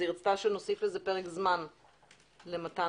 שנוסיף פרק זמן למתן